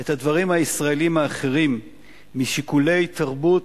את הדברים הישראליים האחרים משיקולי תרבות,